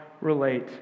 relate